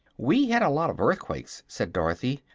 we had a lot of earthquakes, said dorothy.